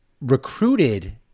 recruited